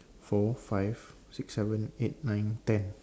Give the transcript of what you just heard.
four five six seven eight nine ten